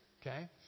Okay